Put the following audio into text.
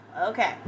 okay